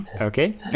Okay